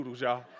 y'all